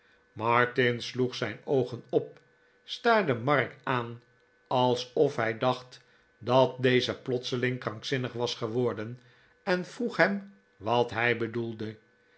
sloeg zijn oogen op staarde mark aan alsof hij dacht dat deze plotseling krankzinnig was geworden en vroeg hem wat hij bedoelde